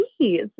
please